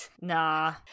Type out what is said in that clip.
nah